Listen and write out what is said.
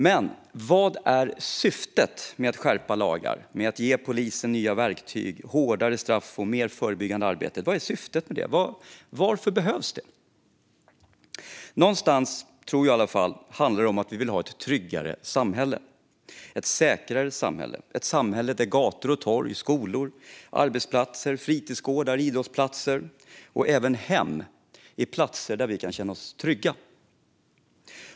Men vad är syftet med att skärpa lagar, med att ge polisen nya verktyg, med hårdare straff och med mer förebyggande arbete? Varför behövs det? Jag tror att det handlar om att vi vill ha ett tryggare samhälle, ett säkrare samhälle - ett samhälle där gator och torg, skolor, arbetsplatser, fritidsgårdar och idrottsplatser och även hem är platser där vi kan känna oss trygga.